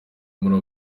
muri